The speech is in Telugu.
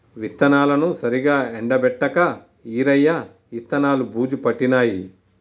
విత్తనాలను సరిగా ఎండపెట్టక ఈరయ్య విత్తనాలు బూజు పట్టినాయి